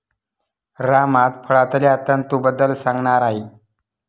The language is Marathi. राम आज फळांतल्या तंतूंबद्दल सांगणार आहे